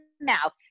mouth